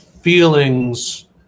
feelings